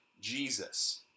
Jesus